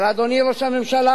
אבל, אדוני ראש הממשלה,